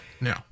no